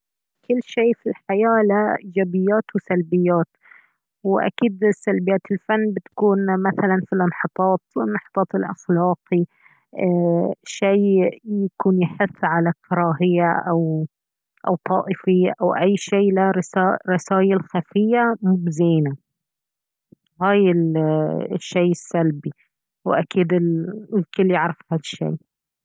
كل شي في الحياة له ايجابيات وسلبيات واكيد سلبيات الفن بتكون مثلا في الإنحطاط الإنحطاط الأخلاقي ايه شي يكون يحث على الكراهية او الطائفية او اي شي له رسالة رسايل خفية مب زينة هاي الشي السلبي واكيد الكل يعرف هاي الشي